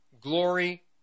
glory